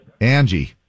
Angie